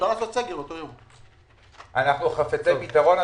אנחנו חפצי פתרון.